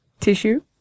Tissue